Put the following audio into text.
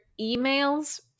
emails